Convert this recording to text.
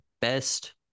best